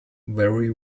very